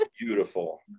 Beautiful